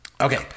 Okay